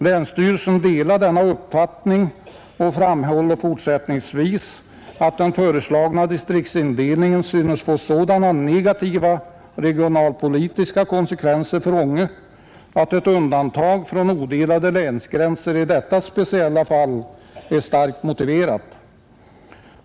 Länsstyrelsen delar denna uppfattning och framhåller att den föreslagna distriktsindelningen synes få sådana negativa regionalpolitiska konsekvenser för Ånge att ett undantag från odelade länsgränser i detta speciella fall är starkt motiverat.